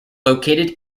located